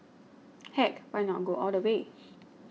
heck why not go all the way